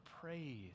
praise